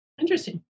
Interesting